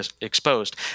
exposed